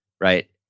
right